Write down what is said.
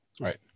Right